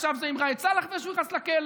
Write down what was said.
עכשיו זה ראאד סלאח לפני שהוא נכנס לכלא.